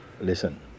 Listen